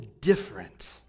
different